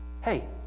Hey